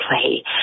play